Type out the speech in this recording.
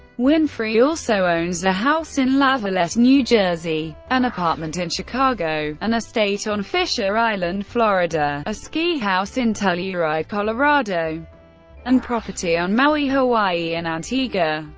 winfrey also owns a house in lavallette, new jersey an apartment in chicago an estate on fisher island, florida a ski house in telluride, colorado and property on maui, hawaii and antigua.